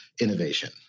innovation